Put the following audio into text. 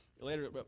Later